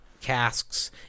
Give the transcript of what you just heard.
casks